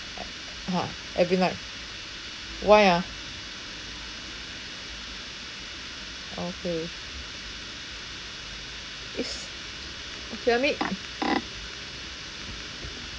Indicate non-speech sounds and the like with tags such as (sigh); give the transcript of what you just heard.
(uh huh) every night why ah okay is a pyramid (noise)